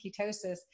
ketosis